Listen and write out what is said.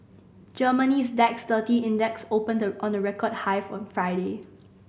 Germany's D A X thirty Index opened on a record high on Friday